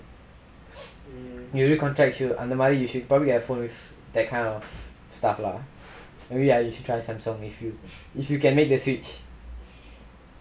if you recontract அந்தமாரி:anthamaari you should probably get a phone with that kind of stuff lah maybe you should try samsung if you if you can make the switch